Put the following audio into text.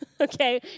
Okay